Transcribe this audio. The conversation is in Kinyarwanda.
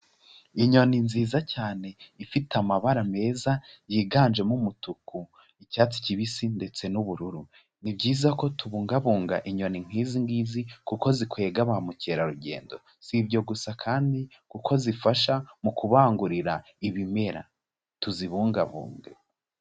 Inyoni nziza cyane ifite amabara meza yiganjemo umutuku, icyatsi kibisi ndetse n'ubururu, ni byiza ko tubungabunga inyoni nk'izi ngizi kuko zikwega ba mukerarugendo. Si ibyo gusa kandi kuko zifasha mu kubangurira ibimera, tuzibungabunge.